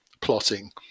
plotting